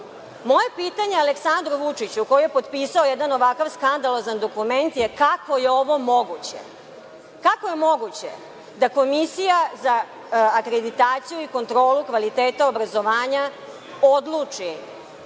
pitanje Aleksandru Vučiću, koji je potpisao jedan ovakav skandalozan dokument, je kako je ovo moguće? Kako je moguće da Komisija za akreditaciju i kontrolu kvaliteta obrazovanja odluči